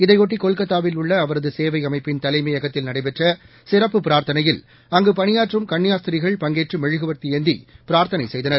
இதையொட்டி கொல்கத்தாவில் உள்ள அவரது சேவை அமைப்பின் தலைமையகத்தில் நடைபெற்ற சிறப்பு பிரார்த்தனையில் அங்கு பணியாற்றும் கன்னியாஸ்திரிகள் பங்கேற்று மெழுகுவர்த்தி ஏந்தி பிரார்த்தனை செய்தனர்